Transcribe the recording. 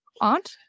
aunt